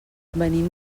venim